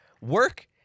work